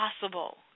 Possible